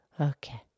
Okay